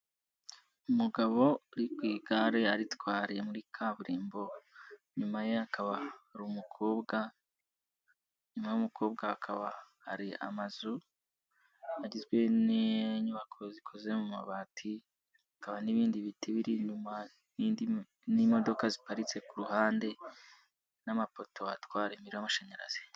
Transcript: Umugabo uri ku igare aritwariye muri kaburimbo, inyuma ye hakaba hari umumukobwa. Nyuma y'umukobwa haba hari amazu agizwe n'inyubako zikoze mu mabati, Hakaba n'ibindi biti biri inyuma n'imodoka ziparitse ku ruhande n'amapoto atwara imiriro y'amashanyarazi.